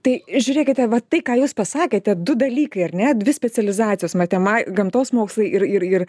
tai žiūrėkite va tai ką jūs pasakėte du dalykai ar ne dvi specializacijos matema gamtos mokslai ir ir ir